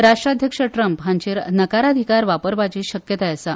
राष्ट्राध्यक्ष ट्रम्प हाचेर नकाराधिकार वापरपाची शक्यताय आसा